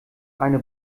eine